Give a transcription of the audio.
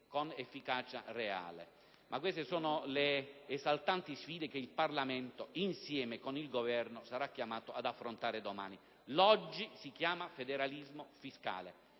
con efficacia reale. Ma queste sono le esaltanti sfide che il Parlamento, insieme al Governo, sarà chiamato ad affrontare domani. L'oggi si chiama federalismo fiscale,